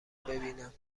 ببینم